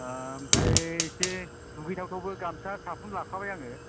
ओमफ्राय एसे दुगैथावथावबो गामसा साफुन लाखाबाय आङो